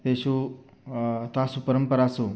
तेषु तासु परम्परासु